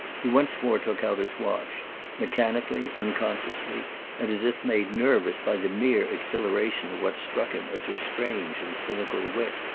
he once more took out his watch mechanically, unconsciously and as if made nervous by the mere exhilaration of what struck him as her strange and cynical wit.